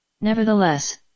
Nevertheless